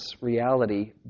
reality